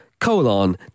colon